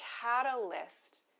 catalyst